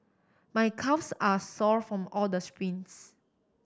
my calves are sore from all the sprints